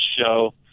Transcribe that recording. show